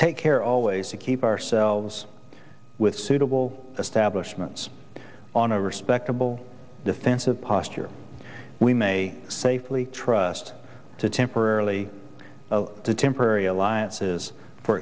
take care always to keep ourselves with suitable establishments on a respectable defensive posture we may safely trust to temporarily temporary alliances for